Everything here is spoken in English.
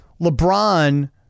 LeBron